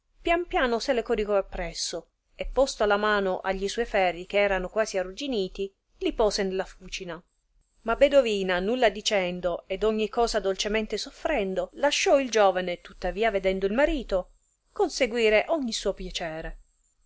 pian piano se le coricò appresso e posto la mano a gli suoi ferri ch'erano quasi arruginiti li pose nella fucina ma bedovina nulla dicendo ed ogni cosa dolcemente soffrendo lasciò il giovane tuttavia vedendo il marito conseguire ogni suo piacere